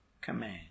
command